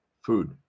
Food